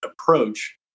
approach